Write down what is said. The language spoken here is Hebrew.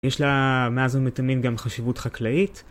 יש לה מאז ומתמיד גם חשיבות חקלאית.